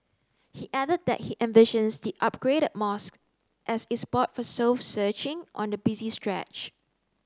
he added that he envisions the upgraded mosque as a spot for soul searching on the busy stretch